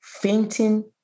Fainting